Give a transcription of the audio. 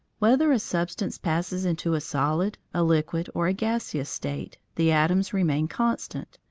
whether a substance passes into a solid, a liquid, or a gaseous state, the atoms remain constant,